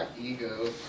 ego